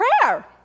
Prayer